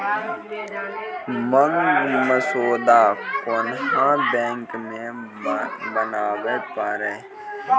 मांग मसौदा कोन्हो बैंक मे बनाबै पारै